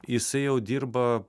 jisai jau dirba